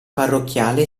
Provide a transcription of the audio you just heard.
parrocchiale